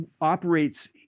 operates